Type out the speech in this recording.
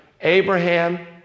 Abraham